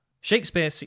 Shakespeare